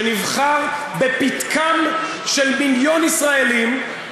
שנבחר בפתקם של מיליון ישראלים,